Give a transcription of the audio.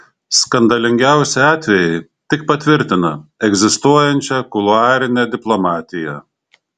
skandalingiausi atvejai tik patvirtina egzistuojančią kuluarinę diplomatiją